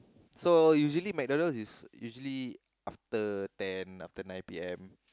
so usually McDonald's is usually after ten after nine P_M